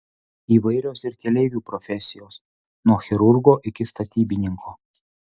įvairios ir keleivių profesijos nuo chirurgo iki statybininko